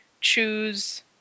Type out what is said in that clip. choose